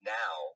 now